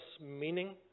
meaning